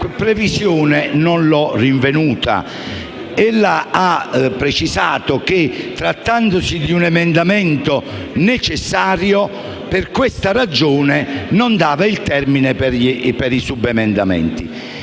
previsione non l'ho rinvenuta. Ella ha precisato che, trattandosi di un emendamento necessario, non si concedeva il termine per i subemendamenti.